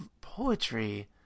poetry